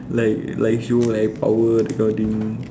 like like he will like power that kind of thing